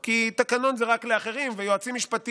כי אחד מהדברים הראשונים שקרו כשהגעתי